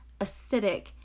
acidic